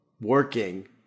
working